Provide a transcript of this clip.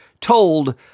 told